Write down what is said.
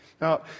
Now